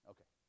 Okay